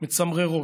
מצמררות,